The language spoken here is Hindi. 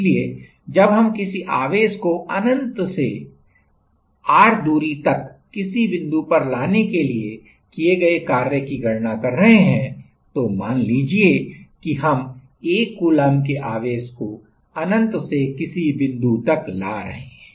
इसलिए जब हम किसी आवेश को अनंत से दूरी r तक किसी बिंदु पर लाने के लिए किए गए कार्य की गणना कर रहे हैं तो मान लीजिए कि हम 1 कूलम्ब के आवेश को अनंत से किसी बिंदु तक ला रहे हैं